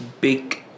big